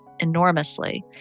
Enormously